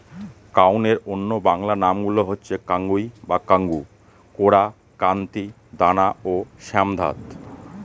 কাউনের অন্য বাংলা নামগুলো হচ্ছে কাঙ্গুই বা কাঙ্গু, কোরা, কান্তি, দানা ও শ্যামধাত